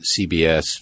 CBS